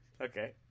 Okay